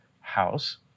house